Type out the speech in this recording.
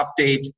update